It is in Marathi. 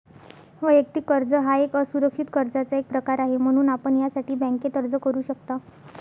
वैयक्तिक कर्ज हा एक असुरक्षित कर्जाचा एक प्रकार आहे, म्हणून आपण यासाठी बँकेत अर्ज करू शकता